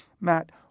Matt